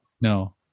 No